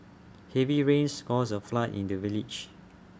heavy rains caused A flood in the village